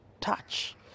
touch